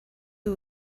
who